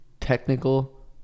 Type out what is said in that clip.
technical